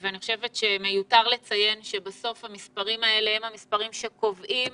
אני חושבת שמיותר לציין שבסוף המספרים האלה הם המספרים שקובעים